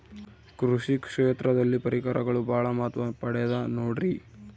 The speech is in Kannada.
ಕೃಷಿ ಕ್ಷೇತ್ರದಲ್ಲಿ ಪರಿಕರಗಳು ಬಹಳ ಮಹತ್ವ ಪಡೆದ ನೋಡ್ರಿ?